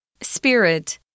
Spirit